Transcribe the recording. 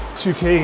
2k